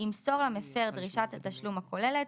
ימסור למפר דרישת התשלום הכוללת